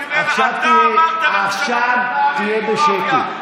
אתה אמרת, עכשיו תהיה בשקט.